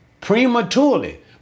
prematurely